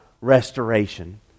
restoration